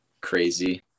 crazy